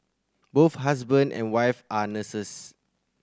both husband and wife are nurses